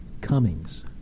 Cummings